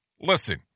Listen